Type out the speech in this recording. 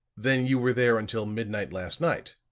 then you were there until midnight last night?